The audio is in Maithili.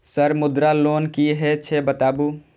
सर मुद्रा लोन की हे छे बताबू?